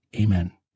Amen